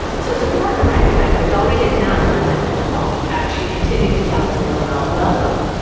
so it's important to recognize that dollree had not let them in the home. in fact, she continued to tell them they were not welcome,